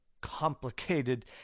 complicated